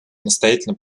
настоятельно